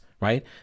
right